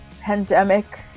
pandemic